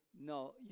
no